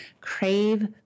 crave